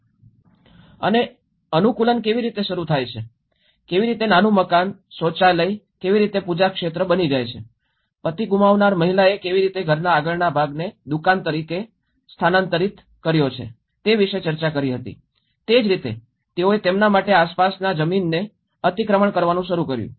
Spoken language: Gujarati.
અમે અનુકૂલન કેવી રીતે શરૂ થાય છે કેવી રીતે નાનું મકાન શૌચાલય કેવી રીતે પૂજા ક્ષેત્ર બની જાય છે પતિ ગુમાવનાર મહિલાએ કેવી રીતે ઘરના આગળના ભાગને દુકાન તરીકે સ્થાનાંતરિત કરી છે તે વિશે ચર્ચા કરી હતી તે રીતે તેઓએ તેમના માટે આસપાસના જમીનોને અતિક્રમણ કરવાનું શરૂ કર્યું